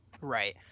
Right